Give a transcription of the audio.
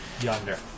Yonder